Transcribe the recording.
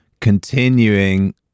continuing